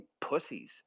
pussies